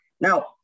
Now